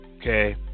okay